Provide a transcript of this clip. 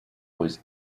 was